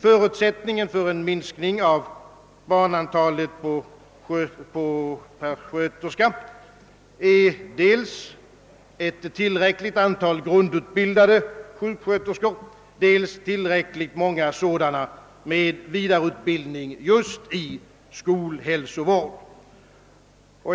Förutsättningen för en minskning av barnantalet per sköterska är dels ett tillräckligt antal grundutbildade sjuksköterskor, dels tillräckligt många sådana med vidareutbildning i skolhälsovård.